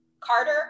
Carter